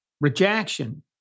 Rejection